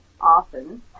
often